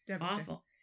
awful